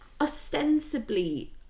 ostensibly